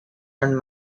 and